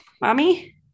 mommy